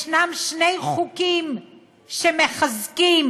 יש שני חוקים שמחזקים